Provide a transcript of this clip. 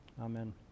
amen